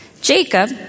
Jacob